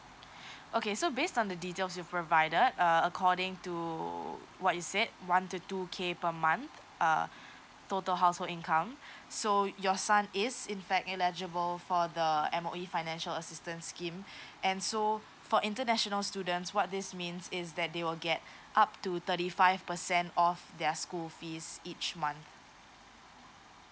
okay so based on the details you provided uh according to what you said one to two K per month uh total household income so your son is in fact eligible for the M_O_E financial assistance scheme and so for international students what this means is that they will get up to thirty five percent off their school fees each month